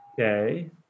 Okay